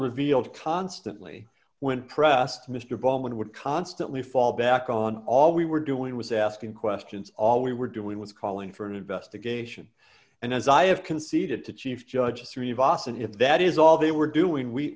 revealed constantly when pressed mr bowman would constantly fall back on all we were doing was asking questions all we were doing was calling for an investigation and as i have conceded to chief judge three of awesome if that is all they were doing